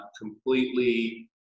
completely